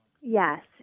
Yes